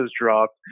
dropped